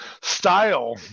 style